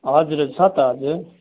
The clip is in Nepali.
हजुर हजुर छ त हजुर